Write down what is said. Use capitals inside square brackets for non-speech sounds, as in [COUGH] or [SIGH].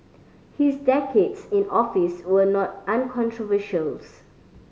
his decades in office were not uncontroversial [UNINTELLIGIBLE]